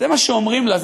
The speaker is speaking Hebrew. זה מה שאומרים לה,